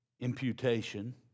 imputation